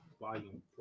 volume